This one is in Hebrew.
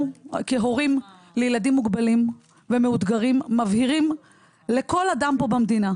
אנחנו כהורים לילדים מוגבלים ומאותגרים מבהירים לכל אדם פה במדינה,